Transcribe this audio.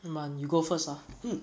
man you go first ah